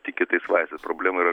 tiki tais vaistais problema yra